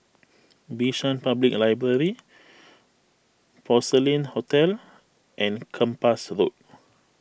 Bishan Public Library Porcelain Hotel and Kempas Road